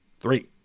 three